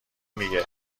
میگه